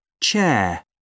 chair